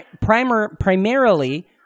Primarily